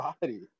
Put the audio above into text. body